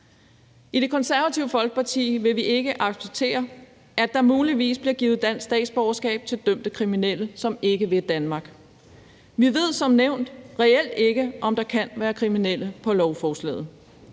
I Det Konservative Folkeparti vil vi ikke acceptere, at der muligvis bliver givet dansk statsborgerskab til dømte kriminelle, som ikke vil Danmark. Vi ved som nævnt reelt ikke, om der kan være kriminelle på lovforslaget.